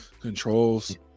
controls